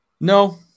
No